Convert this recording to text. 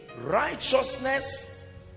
righteousness